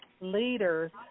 leaders